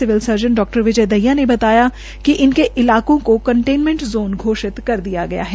civil surgeon डा विजय दाहिया ने बताया कि इनके इलाकों को कंटेनमेंट जोन घोषित कर दिया गया है